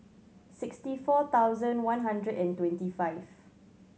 sixty four thousand one hundred and twenty five